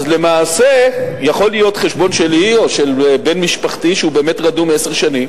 אז למעשה יכול להיות חשבון שלי או של בן משפחתי שהוא באמת רדום עשר שנים